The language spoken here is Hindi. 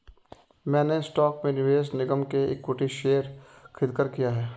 मैंने स्टॉक में निवेश निगम के इक्विटी शेयर खरीदकर किया है